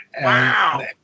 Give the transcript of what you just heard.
Wow